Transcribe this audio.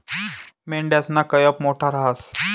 मेंढयासना कयप मोठा रहास